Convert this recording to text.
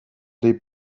des